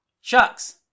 Shucks